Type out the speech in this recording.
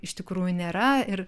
iš tikrųjų nėra ir